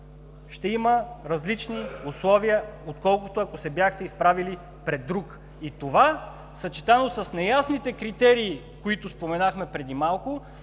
ще има различни условия, отколкото ако се бяхте изправили пред друг. И това, съчетано с неясните критерии, които споменахме преди малко,